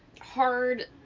hard